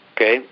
okay